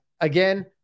again